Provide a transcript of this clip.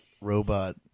robot